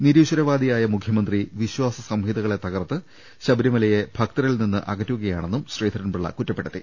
നിരീശ്വരവാദിയായ മുഖ്യമന്ത്രി വിശ്വാസ സംഹിതകളെ തകർത്ത് ശബരിമലയെ ഭക്തരിൽ നിന്ന് അകറ്റുകയാണെന്നും ശ്രീധരൻപിള്ള കുറ്റ പ്പെടുത്തി